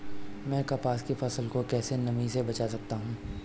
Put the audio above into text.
मैं कपास की फसल को कैसे नमी से बचा सकता हूँ?